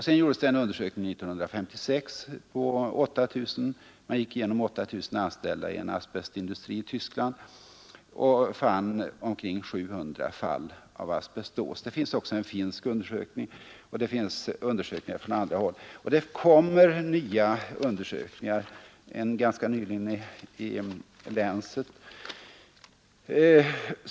Det gjordes också en undersökning 1946 på 8 000 anställda i en asbestindustri i Tyskland, och man fann omkring 700 fall asbestos. Det finns också en finsk undersökning, det finns undersökningar från andra håll, och nya undersökningar kommer. En publicerades ganska nyligen i Lancet.